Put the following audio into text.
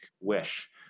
wish